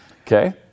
Okay